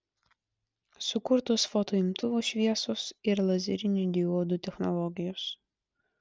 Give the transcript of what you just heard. sukurtos fotoimtuvų šviesos ir lazerinių diodų technologijos